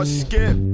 skip